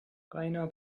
rainer